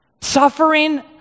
Suffering